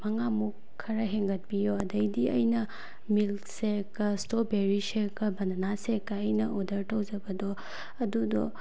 ꯃꯉꯥꯃꯨꯛ ꯈꯔ ꯍꯦꯟꯒꯠꯄꯤꯌꯣ ꯑꯗꯩꯗꯤ ꯑꯩꯅ milk shake strawberry shake banana shake ꯑꯩꯅ ꯑꯣꯔꯗꯔ ꯇꯧꯖꯕꯗꯣ ꯑꯗꯨꯗꯣ